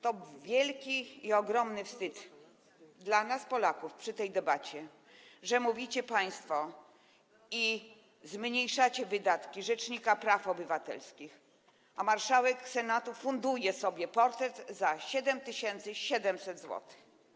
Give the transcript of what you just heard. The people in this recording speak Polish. To wielki, ogromny wstyd dla nas, Polaków, że przy tej debacie mówicie o tym państwo i zmniejszacie wydatki rzecznika praw obywatelskich, a marszałek Senatu funduje sobie portret za 7700 zł.